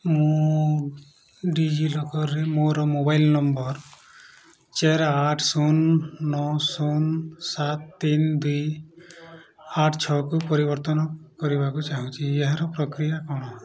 ମୁଁ ଡିଜିଲକର୍ରେ ମୋର ମୋବାଇଲ୍ ନମ୍ବର୍ ଚାରି ଆଠ ଶୂନ ନଅ ଶୂନ ସାତ ତିନି ଦୁଇ ଆଠ ଛଅ କୁ ପରିବର୍ତ୍ତନ କରିବାକୁ ଚାହୁଁଛି ଏହାର ପ୍ରକ୍ରିୟା କ'ଣ